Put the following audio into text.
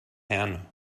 herne